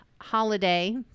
holiday